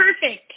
Perfect